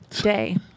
day